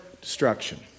destruction